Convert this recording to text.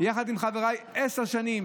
יחד עם חבריי כבר עשר שנים,